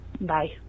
Bye